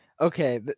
okay